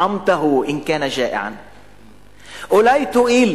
אולי תואיל